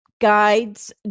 guides